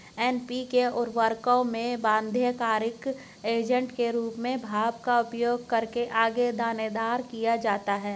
NPK उर्वरकों में बाध्यकारी एजेंट के रूप में भाप का उपयोग करके आगे दानेदार किया जाता है